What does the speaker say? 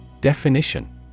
Definition